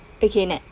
okay or not